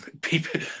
people